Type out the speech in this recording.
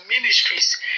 Ministries